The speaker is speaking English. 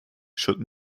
should